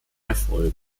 erfolg